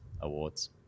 awards